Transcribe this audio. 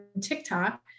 TikTok